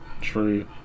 True